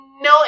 no